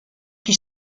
qui